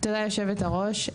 תודה יושבת הראש.